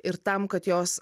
ir tam kad jos